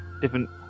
different